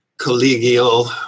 collegial